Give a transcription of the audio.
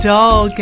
Doll